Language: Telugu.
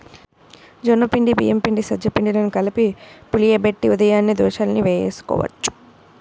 జొన్న పిండి, బియ్యం పిండి, సజ్జ పిండిలను కలిపి పులియబెట్టి ఉదయాన్నే దోశల్ని వేసుకోవచ్చు